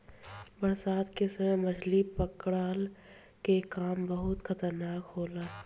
बरसात के समय मछली पकड़ला के काम बहुते खतरनाक होला